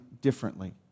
Differently